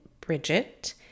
Bridget